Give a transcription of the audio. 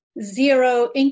zero